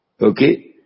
okay